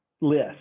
list